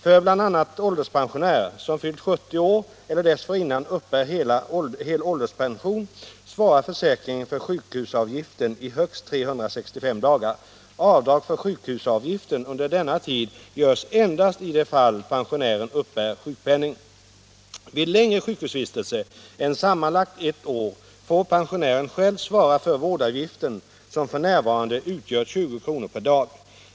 För bl.a. ålderspensionär som fyllt 70 år eller dessförinnan uppbär hel ålderspension svarar försäkringen för sjukhusavgiften i högst 365 dagar. Avdrag för sjukhusavgiften under denna tid görs endast i det fall pensionären uppbär sjukpenning. Vid längre sjukhusvistelse än sammanlagt ett år får pensionären själv svara för vårdavgiften som f. n. utgör 20 kr. per dag.